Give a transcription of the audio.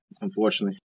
unfortunately